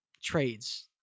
trades